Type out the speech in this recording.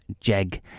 jeg